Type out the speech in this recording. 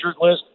list